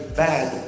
bad